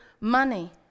money